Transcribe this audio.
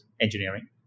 engineering